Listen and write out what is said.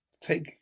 take